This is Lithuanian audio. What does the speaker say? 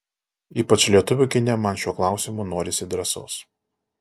ypač lietuvių kine man šiuo klausimu norisi drąsos